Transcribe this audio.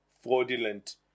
fraudulent